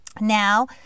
Now